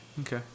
Okay